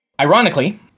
Ironically